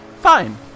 fine